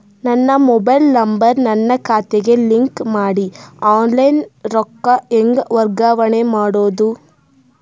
ನನ್ನ mobile number ನನ್ನ ಖಾತೆಗೆ ಲಿಂಕ್ ಮಾಡಿ ಆನ್ಲೈನ್ ರೊಕ್ಕ ಹೆಂಗ ವರ್ಗಾವಣೆ ಮಾಡೋದು?